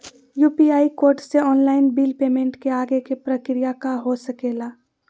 UPI code से online bill payment के आगे के प्रक्रिया का हो सके ला?